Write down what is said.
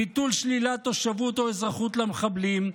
ביטול שלילת תושבות או אזרחות למחבלים,